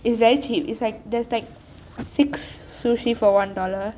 is very cheap is like there's like six sushi for one dollar